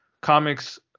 comics